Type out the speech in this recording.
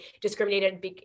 discriminated